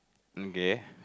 okay